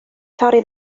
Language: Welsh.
torri